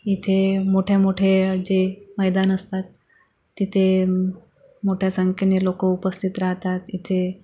इथे मोठेमोठे जे मैदान असतात तिथे मोठ्या संख्येने लोक उपस्थित राहतात इथे